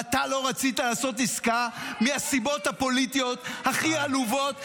ואתה לא רצית לעשות עסקה מהסיבות הפוליטיות הכי עלובות,